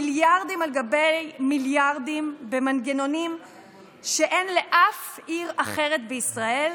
מיליארדים על גבי מיליארדים במנגנונים שאין לאף בעיר אחרת בישראל,